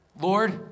Lord